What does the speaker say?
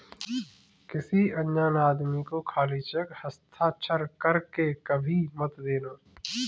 किसी अनजान आदमी को खाली चेक हस्ताक्षर कर के कभी मत देना